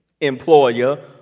employer